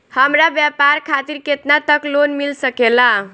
हमरा व्यापार खातिर केतना तक लोन मिल सकेला?